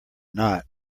not